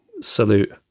salute